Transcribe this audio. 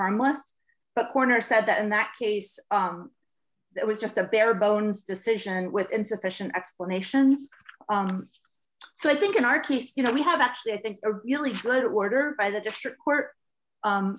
must but porter said that in that case that was just the bare bones decision with insufficient explanation so i think in our case you know we have actually i think a really good order by the district